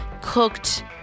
cooked